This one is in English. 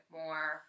more